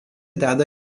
deda